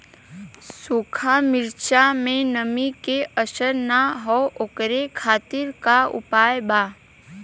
सूखा मिर्चा में नमी के असर न हो ओकरे खातीर का उपाय बा?